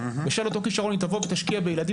בשל אותו כישרון היא תבוא ותשקיע בילדים